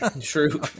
True